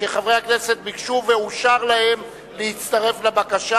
שחברי הכנסת ביקשו ואושר להם להצטרף לבקשה.